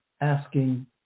asking